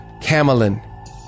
Camelin